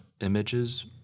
Images